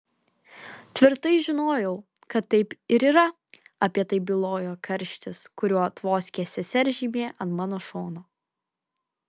tvirtai žinojau kad taip ir yra apie tai bylojo karštis kuriuo tvoskė sesers žymė ant mano šono